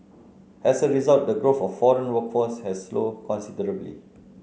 as a result the growth of foreign workforce has slowed considerably